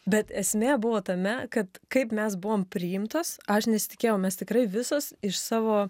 bet esmė buvo tame kad kaip mes buvom priimtos aš nesitikėjau mes tikrai visos iš savo